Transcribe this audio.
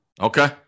Okay